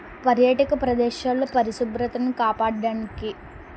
పర్యాటక ప్రదేశాల్లో పరిశుభ్రతను కాపాడ్డానికి